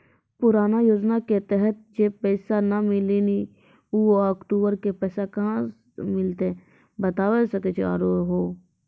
पुराना योजना के तहत जे पैसा नै मिलनी ऊ अक्टूबर पैसा कहां से मिलते बता सके आलू हो?